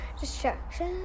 destruction